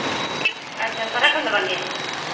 ᱟᱪᱪᱷᱟ ᱥᱟᱨᱟᱠᱷᱚᱱ ᱫᱚ ᱵᱟᱝᱜᱮ